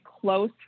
close